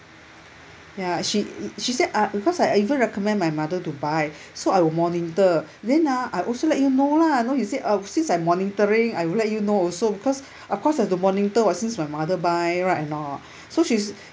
ya she she said uh because I I even recommend my mother to buy so I will monitor then lah I also let you know lah know he said uh since I'm monitoring I will let you know also because of course I have to monitor [what] since my mother buy right or not so she's